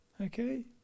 Okay